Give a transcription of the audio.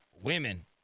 women